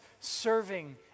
serving